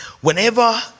whenever